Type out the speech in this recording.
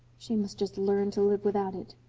she must just learn to live without it.